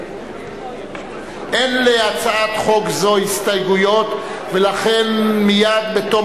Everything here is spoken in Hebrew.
אין להצעת חוק זו הסתייגויות ולכן מייד בתום